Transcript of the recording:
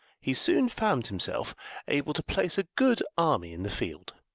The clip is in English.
he soon found himself able to place a good army in the field.